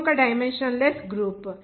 ఇది ఒక dimensionless group